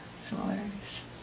similarities